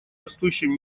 растущем